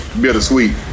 bittersweet